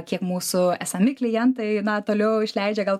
kiek mūsų esami klientai na toliau išleidžia gal